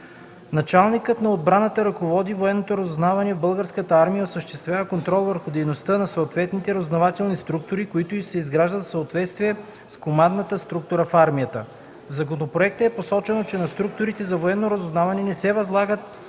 Началникът на отбраната ръководи военното разузнаване в Българската армия и осъществява контрол върху дейността на съответните разузнавателни структури, които се изграждат в съответствие с командната структура в армията. В законопроекта е посочено, че на структурите за военно разузнаване не се възлагат